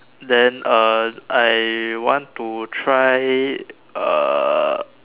then uh I want to try err